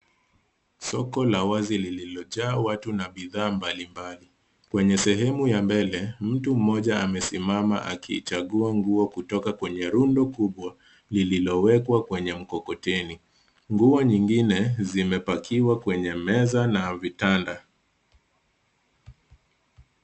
Soko la uwazi lililojaa watu na bidhaa mbalimbali. Kwenye sehemu ya mbele mtu mmoja amesimama akiichagua nguo kutoka kwenye rundo kubwa lililowekwa kwenye mkokoteni. Nguo nyingine zimepakiwa kwenye meza na vitanda.